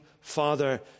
father